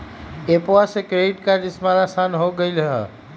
एप्पवा से credit card के इस्तेमाल असान हो गेलई ह